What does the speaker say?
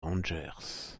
rangers